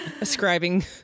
Ascribing